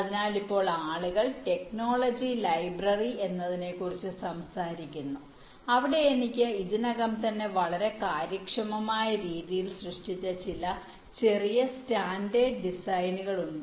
അതിനാൽ ഇപ്പോൾ ആളുകൾ ടെക്നോളജി ലൈബ്രറി എന്നതിനെക്കുറിച്ച് സംസാരിക്കുന്നു അവിടെ എനിക്ക് ഇതിനകം തന്നെ വളരെ കാര്യക്ഷമമായ രീതിയിൽ സൃഷ്ടിച്ച ചില ചെറിയ സ്റ്റാൻഡേർഡ് ഡിസൈനുകൾ ഉണ്ട്